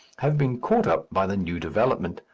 have been caught up by the new development,